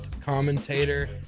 commentator